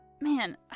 man